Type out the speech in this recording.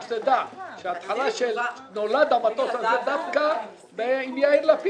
רק תדע שההתחלה שנולד המטוס הזה דווקא עם יאיר לפיד.